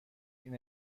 این